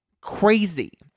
Crazy